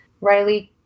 Riley